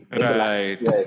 Right